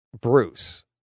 Bruce